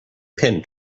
pin